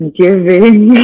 giving